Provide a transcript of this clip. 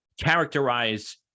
characterize